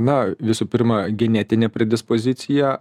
na visų pirma genetinė predispozicija